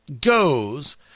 goes